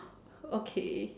okay